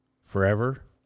forever